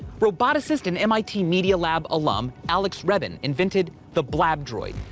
roboticist, and mit media lab alum, alex reben invented the blab droid,